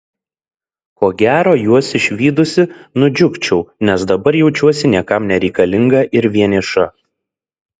ko gero juos išvydusi nudžiugčiau nes dabar jaučiuosi niekam nereikalinga ir vieniša